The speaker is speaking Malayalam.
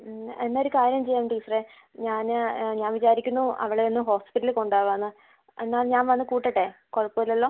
എന്നാൽ ഒരു കാര്യം ചെയ്യാം ടീച്ചറെ ഞാൻ ഞാൻ വിചാരിക്കുന്നു അവളെ ഒന്ന് ഹോസ്പിറ്റലിൽ കൊണ്ടോവാന്ന് എന്നാൽ ഞാൻ വന്ന് കൂട്ടട്ടെ കുഴപ്പോല്ലല്ലോ